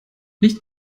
licht